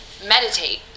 meditate